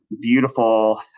beautiful